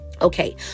okay